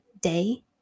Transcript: day